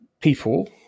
people